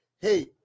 hey